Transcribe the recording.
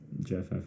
jeff